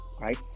Right